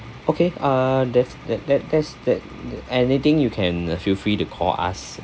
okay uh that's that that that's that tha~ anything you can uh feel free to call us